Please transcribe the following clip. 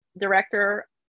director